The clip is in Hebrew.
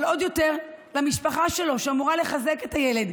אבל עוד יותר למשפחה שלו, שאמורה לחזק את הילד.